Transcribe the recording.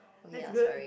that's good